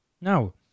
now